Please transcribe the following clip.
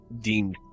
deemed